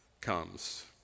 comes